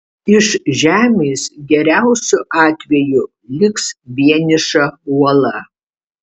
iš žemės geriausiu atveju liks vieniša uola